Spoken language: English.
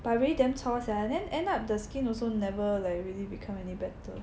but really damn chore sia then end up the skin also never like really become any better